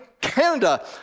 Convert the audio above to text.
Canada